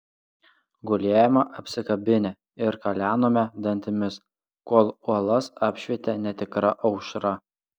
gulėjome apsikabinę ir kalenome dantimis kol uolas apšvietė netikra aušra